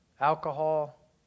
alcohol